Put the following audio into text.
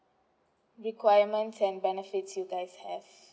requirements and benefits you guys has